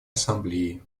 ассамблеи